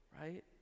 right